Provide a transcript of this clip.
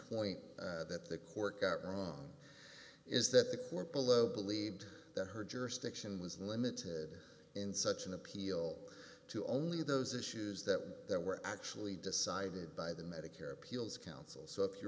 point that the court got wrong is that the court below believed that her jurisdiction was limited in such an appeal to only those issues that were actually decided by the medicare appeals council so if you